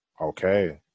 Okay